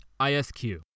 ISQ